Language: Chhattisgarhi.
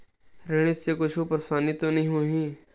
ऋण से कुछु परेशानी तो नहीं होही?